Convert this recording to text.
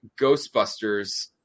Ghostbusters